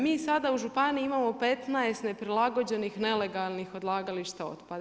Mi sada u županiji imamo 15 neprilagođenih, nelegalnih odlagališta otpada.